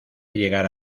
llegar